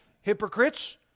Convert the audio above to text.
hypocrites